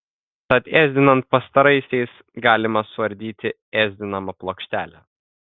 tad ėsdinant pastaraisiais galima suardyti ėsdinamą plokštelę